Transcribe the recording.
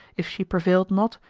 if she prevailed not,